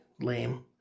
lame